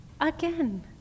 Again